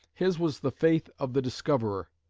his was the faith of the discoverer,